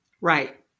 Right